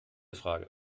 frage